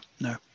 no